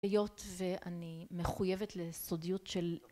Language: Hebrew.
היות ואני מחויבת לסודיות של...